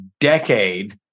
decade